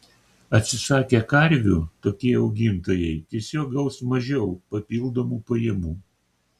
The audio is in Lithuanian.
atsisakę karvių tokie augintojai tiesiog gaus mažiau papildomų pajamų